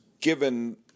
given